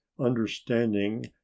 understanding